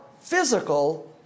physical